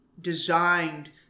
designed